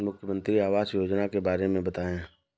मुख्यमंत्री आवास योजना के बारे में बताए?